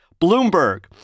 Bloomberg